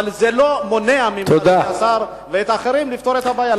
אבל זה לא מונע ממך ומן האחרים לפתור את הבעיה.